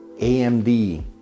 AMD